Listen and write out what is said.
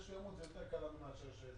שהוא ימות כי זה יותר קל מאשר לשלם.